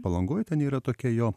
palangoj ten yra tokia jo